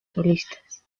solistas